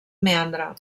meandre